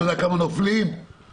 אתה יודע כמה נופלים בשני המטרים האלה?